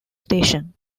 station